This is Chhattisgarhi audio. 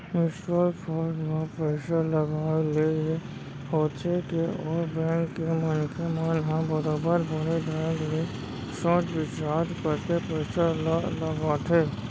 म्युचुअल फंड म पइसा लगाए ले ये होथे के ओ बेंक के मनखे मन ह बरोबर बने ढंग ले सोच बिचार करके पइसा ल लगाथे